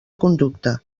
conducta